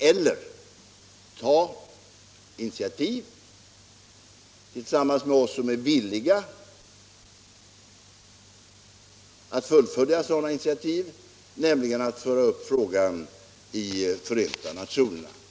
Eller också kommer de att ta initiativ — tillsammans med oss som är villiga att fullfölja sådana initiativ — att föra upp frågan i Förenta nationerna.